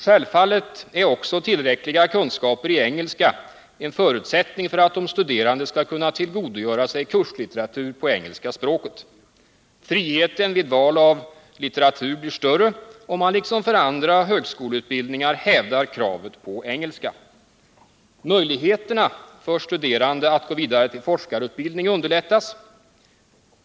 Självfallet är också tillräckliga kunskaper i engelska en förutsättning för att de studerande skall tillgodogöra sig kurslitteratur på engelska språket. Friheten vid val av litteratur blir större om man liksom för andra högskoleutbildningar hävdar kravet på engelska. Möjligheterna för studerande att gå vidare till forskarutbildning underlättas.